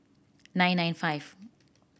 nine nine five